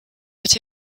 but